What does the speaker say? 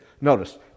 Notice